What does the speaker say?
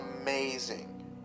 amazing